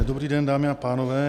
Dobrý den, dámy a pánové.